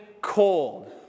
cold